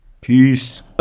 Peace